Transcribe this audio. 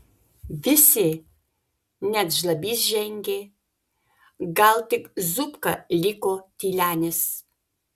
visi net žlabys žengė gal tik zupka liko tylenis